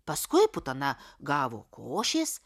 paskui putana gavo košės